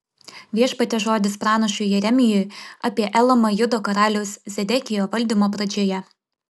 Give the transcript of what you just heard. viešpaties žodis pranašui jeremijui apie elamą judo karaliaus zedekijo valdymo pradžioje